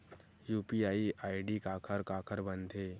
UPI ID काखर काखर बनथे?